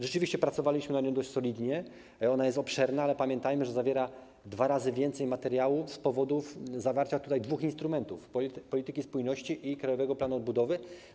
Rzeczywiście pracowaliśmy nad nią dość solidnie, ona jest obszerna, ale pamiętajmy, że zawiera dwa razy więcej materiału z powodu uwzględnienia dwóch instrumentów: polityki spójności i Krajowego Planu Odbudowy.